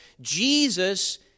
Jesus